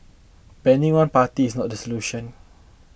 banning one party is not the solution